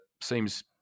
seems